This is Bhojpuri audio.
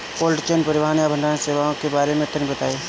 कोल्ड चेन परिवहन या भंडारण सेवाओं के बारे में तनी बताई?